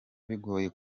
bigoye